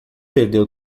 perdeu